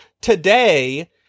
today